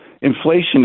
inflation